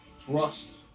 thrust